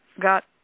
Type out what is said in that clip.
got